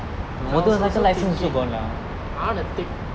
I was also thinking I want to take